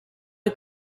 est